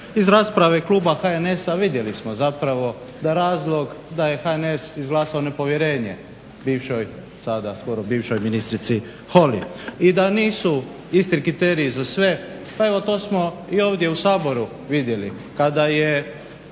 Iz rasprave kluba HNS-a vidjeli smo zapravo da razlog da je HNS izglasao nepovjerenje bivšoj, sada skoro bivšoj, ministrici Holy i da nisu isti kriteriji za sve pa evo to smo i ovdje u Saboru vidjeli kada je